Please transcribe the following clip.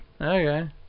Okay